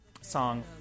song